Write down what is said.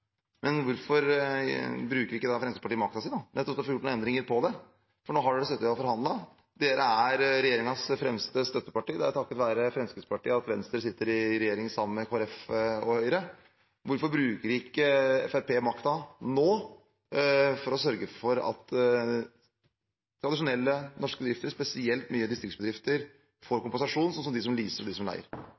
men hvorfor bruker ikke da Fremskrittspartiet makten sin nettopp til å få gjort noen endringer i det, når de nå har sittet og forhandlet? Fremskrittspartiet er regjeringens fremste støtteparti. Det er takket være Fremskrittspartiet at Venstre sitter i regjering sammen med Kristelig Folkeparti og Høyre. Hvorfor bruker ikke Fremskrittspartiet nå makten til å sørge for at tradisjonelle norske bedrifter, spesielt mange distriktsbedrifter, får kompensasjon, slik som de som leaser og de som leier?